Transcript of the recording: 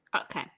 okay